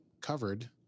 covered